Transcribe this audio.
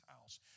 house